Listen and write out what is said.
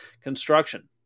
construction